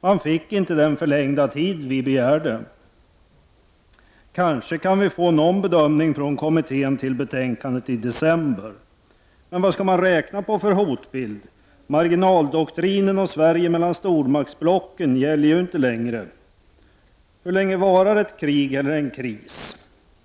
Man fick inte den förlängda tid vi begärde. Kanske kan vi få någon bedömning från kommittén till betänkandet i december. Men vilken hotbild skall man räkna på? Marginaldoktrinen och Sverige mellan stormaktsblocken gäller ju inte längre. Hur länge varar ett krig eller en kris?